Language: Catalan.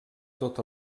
tot